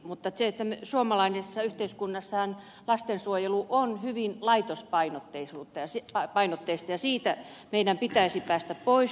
mutta suomalaisessa yhteiskunnassahan lastensuojelu on hyvin laitospainotteista ja siitä meidän pitäisi päästä pois